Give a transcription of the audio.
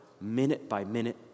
minute-by-minute